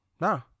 No